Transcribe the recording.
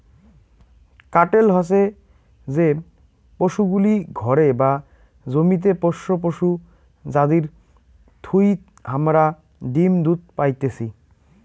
কাটেল হসে যে পশুগুলি ঘরে বা জমিতে পোষ্য পশু যাদির থুই হামারা ডিম দুধ পাইতেছি